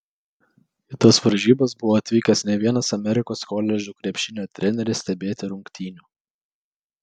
į tas varžybas buvo atvykęs ne vienas amerikos koledžų krepšinio treneris stebėti rungtynių